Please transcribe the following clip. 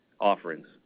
offerings